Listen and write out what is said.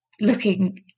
looking